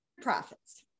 profits